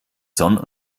sonn